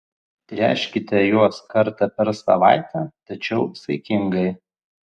tręškite juos kartą per savaitę tačiau saikingai